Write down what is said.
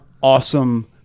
awesome